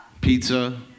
Pizza